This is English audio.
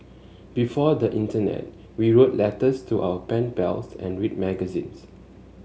before the internet we wrote letters to our pen pals and read magazines